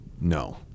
no